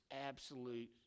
absolute